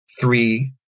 three